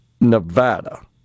Nevada